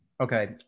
Okay